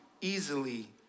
easily